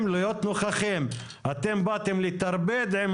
התכנון והדיון במוסד התכנון הוא בהחלטה להפקדה,